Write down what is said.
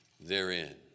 therein